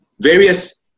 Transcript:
various